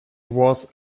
was